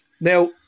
Now